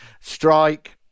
strike